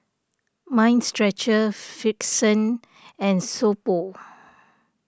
Mind Stretcher Frixion and So Pho